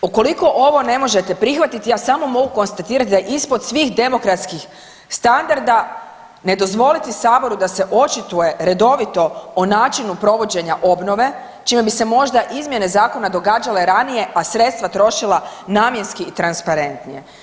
Ukoliko ovo ne možete prihvatiti ja samo mogu konstatirati da je ispod svih demokratskih standarda ne dozvoliti saboru da se očituje redovito o načinu provođenja obnove čime bi se možda izmjene zakona događale ranije, a sredstva trošila namjenski i transparentnije.